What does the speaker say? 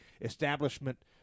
establishment